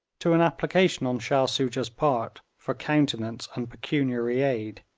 to an application on shah soojah's part for countenance and pecuniary aid,